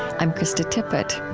i'm krista tippett